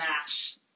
match